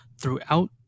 throughout